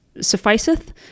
sufficeth